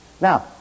Now